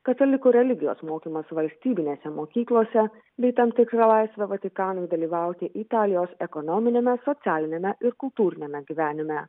katalikų religijos mokymas valstybinėse mokyklose bei tam tikrą laisvę vatikanui dalyvauti italijos ekonominiame socialiniame ir kultūriniame gyvenime